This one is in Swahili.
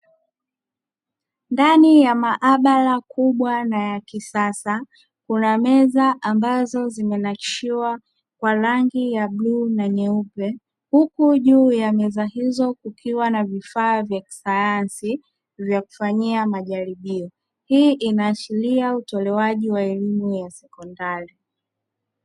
Ndani ya maabara kubwa na ya kisasa, kuna meza ambazo zimenakshiwa kwa rangi ya bluu na nyeupe. Huku juu ya meza hizo kukiwa na vifaa vya kisayansi vya kufanyia majaribio. Hii inaashiria utolewaji wa elimu ya sekondari.